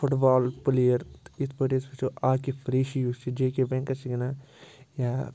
foot بال player تہٕ یِتھ پٲٹھۍ أسۍ وٕچھو عاقِب ریٖشی یُس چھُ جے کے بٮ۪نٛکَس چھِ گِنٛدان یا